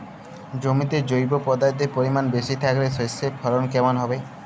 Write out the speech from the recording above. জমিতে জৈব পদার্থের পরিমাণ বেশি থাকলে শস্যর ফলন কেমন হবে?